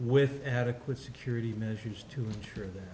with adequate security measures to ensure th